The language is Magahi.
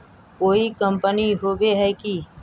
कोई कंपनी होबे है की?